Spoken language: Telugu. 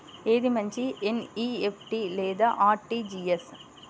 ఏది మంచి ఎన్.ఈ.ఎఫ్.టీ లేదా అర్.టీ.జీ.ఎస్?